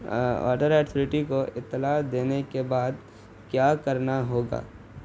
water authority کو اطلاع دینے کے بعد کیا کرنا ہوگا